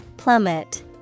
Plummet